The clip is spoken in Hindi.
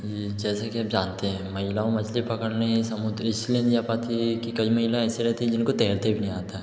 ये जैसा कि आप जानते हैं महिलाओं मछली पकड़ने समुद्र इस लिए नहीं जा पाती हैं कि कई महिलाऍं ऐसी रहती जिनको तैरने भी नहीं आता